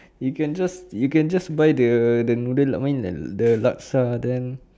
you can just you can just buy the the noodle I mean the the laksa then